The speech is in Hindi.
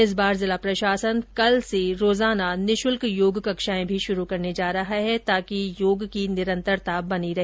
इस बार जिला प्रशासन कल से रोजाना निःशुल्क योग कक्षाएं भी शुरू करने जा रहा है ताकि योग की निरंतरता बनी रहे